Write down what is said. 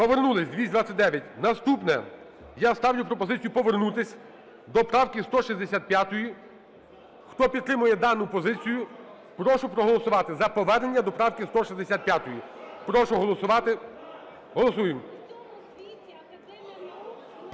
Повернулись, 229. Наступне. Я ставлю пропозицію повернутись до правки 165. Хто підтримує дану позицію прошу проголосувати за повернення до правки 165. Прошу голосувати. Голосуємо.